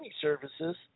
services